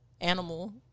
animal